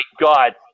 God